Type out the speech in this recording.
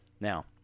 Now